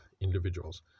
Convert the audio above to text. individuals